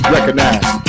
Recognize